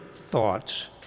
thoughts